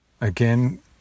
again